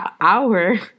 hour